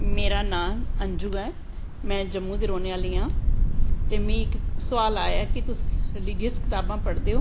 मेरा नांऽ अंजू ऐ में जम्मू दी रौह्नें आह्ली आं ते में इक सवाल आया ऐ कि तुस रिलिजियस कताबां पढ़दे ओ